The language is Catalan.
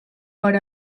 per